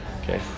okay